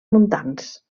muntants